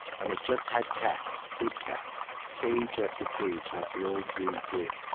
and it just had cats, big cats, cage after cage, like the old zoos did.